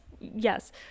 Yes